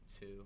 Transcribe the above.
Two